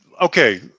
Okay